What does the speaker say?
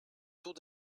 taux